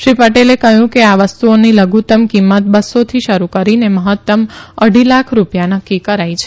શ્રી પટેલે કહયું કે આ વસ્તુઓની લઘુત્તમ કિંમત બસ્સોથી શરૂ કરીને મહત્તમ અઢી લાખ રૂપીયા નકકી કરાઈ છે